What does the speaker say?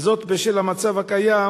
וזאת בשל המצב הקיים